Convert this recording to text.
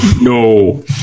no